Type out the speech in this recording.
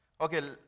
Okay